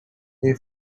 hey